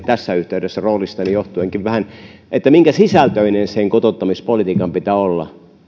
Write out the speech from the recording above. tässä yhteydessä vähän roolistanikin johtuen siihen minkäsisältöinen sen kotouttamispolitiikan pitää olla